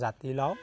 জাতিলাও